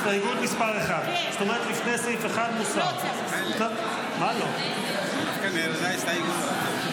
יש לפני סעיף 1. זה לפני סעיף 1,